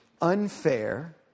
unfair